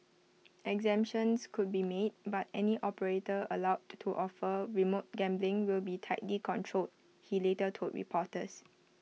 exemptions could be made but any operator allowed to offer remote gambling will be tightly controlled he later told reporters